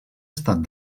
estat